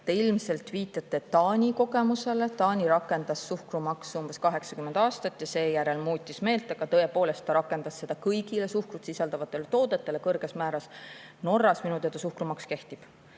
Te ilmselt viitate Taani kogemusele. Taani rakendas suhkrumaksu umbes 80 aastat ja seejärel muutis meelt, aga ta tõepoolest rakendas seda kõigi suhkrut sisaldavate toodete suhtes kõrges määras. Norras minu teada suhkrumaks kehtib.